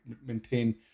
maintain